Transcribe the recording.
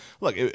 look